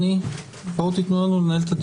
אדוני, בואו תיתנו לנו לנהל את הדיון.